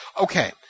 Okay